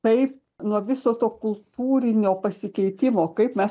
taip nuo viso to kultūrinio pasikeitimo kaip mes